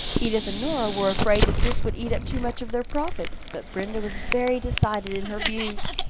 edith and nora were afraid that this would eat up too much of their profits, but brenda was very decided in her views.